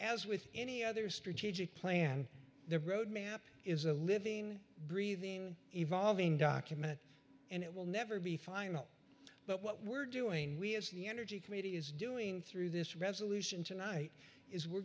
as with any other strategic plan the road map is a living breathing evolving document and it will never be final but what we're doing we as the energy committee is doing through this resolution tonight is we're